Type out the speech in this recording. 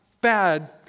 bad